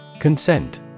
Consent